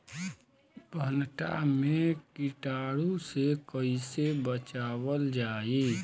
भनटा मे कीटाणु से कईसे बचावल जाई?